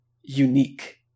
unique